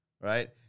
right